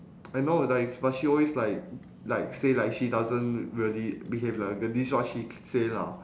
I know like but she always like like say like she doesn't really behave like a girl this is what she say lah